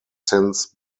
since